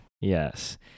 Yes